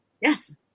Yes